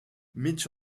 mitch